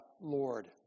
Lord